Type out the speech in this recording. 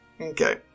Okay